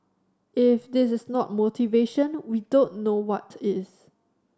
if this is not motivation we don't know what is